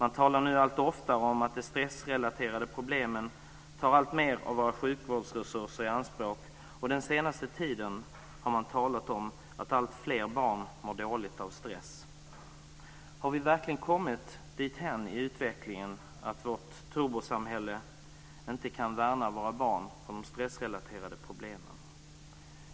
Man talar nu allt oftare om att de stressrelaterade problemen tar alltmer av våra sjukvårdsresurser i anspråk. Den senaste tiden har man talat om att alltfler barn mår dåligt av stress. Har vi verkligen kommit dithän i utvecklingen av vårt turbosamhälle att vi inte kan värna våra barn från de stressrelaterade problemen?